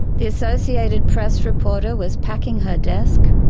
the associated press reporter was packing her desk,